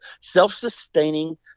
self-sustaining